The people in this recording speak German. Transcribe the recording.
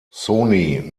sony